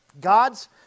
God's